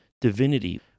Divinity